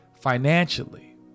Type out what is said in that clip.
financially